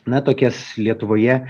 na tokias lietuvoje